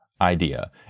idea